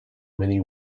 many